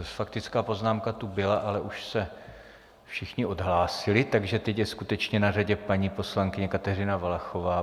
Faktická poznámka tu byla, ale už se všichni odhlásili, takže teď je skutečně na řadě paní poslankyně Kateřina Valachová.